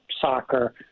soccer